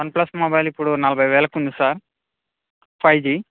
one plus mobile ఇప్పుడు నలభై వేలకు ఉంది సార్ ఫైవ్ జీ